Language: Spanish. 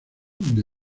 the